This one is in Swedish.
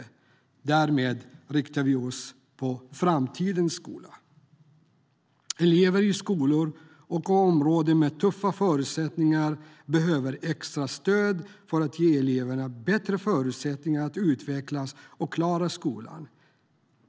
Därmed inriktar vi oss på framtidens skola. Elever i skolor i områden med tuffa villkor behöver extra stöd för att de ska få bättre förutsättningar att utvecklas och klara skolan.